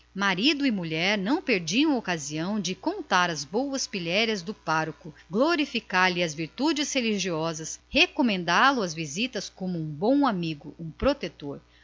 marido e mulher não perdiam ocasião de contar as boas pilhérias do senhor vigário glorificar lhe as virtudes religiosas e recomendá lo às visitas como um excelente amigo e magnífico protetor